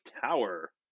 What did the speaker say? Tower